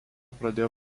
pradėjo